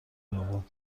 دوم